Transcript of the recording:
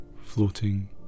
floating